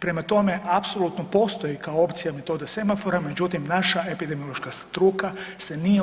Prema tome, apsolutno postoji kao opcija metoda semafora, međutim naša epidemiološka struka se nije